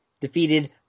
defeated